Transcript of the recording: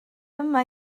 yma